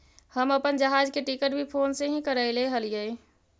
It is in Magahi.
हम अपन जहाज के टिकट भी फोन से ही करैले हलीअइ